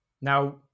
Now